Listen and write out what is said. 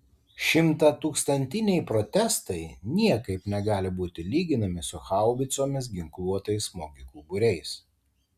šimtatūkstantiniai protestai niekaip negali būti lyginami su haubicomis ginkluotais smogikų būriais